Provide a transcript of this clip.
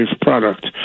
product